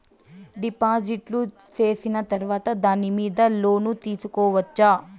డిపాజిట్లు సేసిన తర్వాత దాని మీద లోను తీసుకోవచ్చా?